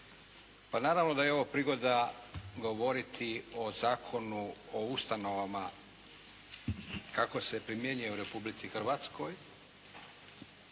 Pa naravno da je ovo prigoda govoriti o Zakonu o ustanovama kako se primjenjuje u Republici Hrvatskoj.